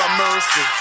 mercy